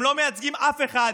הם לא מייצגים אף אחד.